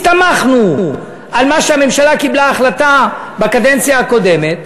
הסתמכנו על מה שהממשלה החליטה בקדנציה הקודמת,